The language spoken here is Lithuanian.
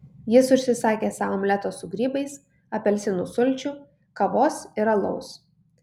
jis užsisakė sau omleto su grybais apelsinų sulčių kavos ir alaus